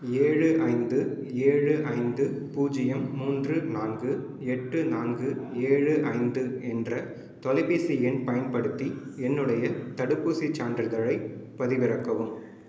ஏழு ஐந்து ஏழு ஐந்து பூஜ்ஜியம் மூன்று நான்கு எட்டு நான்கு ஏழு ஐந்து என்ற தொலைபேசி எண் பயன்படுத்தி என்னுடைய தடுப்பூசிச் சான்றிதழைப் பதிவிறக்கவும்